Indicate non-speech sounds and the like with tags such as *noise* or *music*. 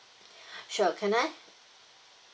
*breath* sure can I